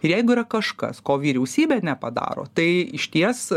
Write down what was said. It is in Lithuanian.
ir jeigu yra kažkas ko vyriausybė nepadaro tai išties